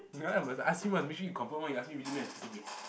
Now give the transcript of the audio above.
ya I must ask him one make sure he confirm one he ask me really one meh cos I say yes